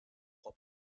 while